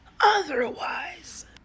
otherwise